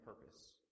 purpose